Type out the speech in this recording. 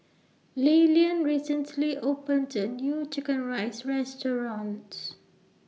Lilyan recently opened A New Chicken Rice Restaurant